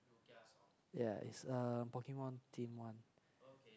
yeah is a pokemon theme one